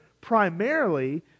primarily